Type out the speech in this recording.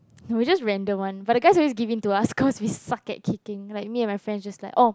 no just random one but the guys always giving to us because we suck at kicking like my friend just like oh